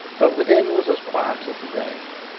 but within was as quiet as the grave.